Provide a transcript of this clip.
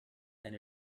and